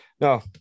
no